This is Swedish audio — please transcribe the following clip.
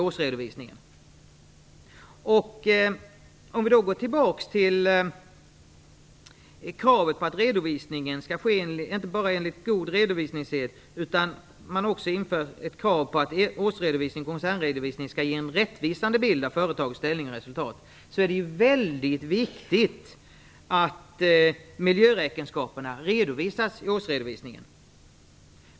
För att gå tillbaka till kravet att års och koncernredovisningen inte bara skall ske enligt god redovisningssed utan nu också skall ge en rättvisande bild av företagets ställning och resultat vill jag säga att det är väldigt viktigt att miljöräkenskaperna redovisas i årsredovisningen.